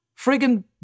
friggin